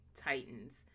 Titans